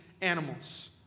animals